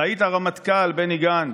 אתה היית רמטכ"ל, בני גנץ,